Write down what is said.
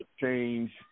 change